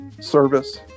service